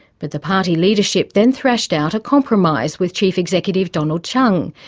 but the party leadership then thrashed out a compromise with chief executive donald tsang,